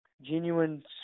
genuine